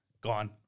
Gone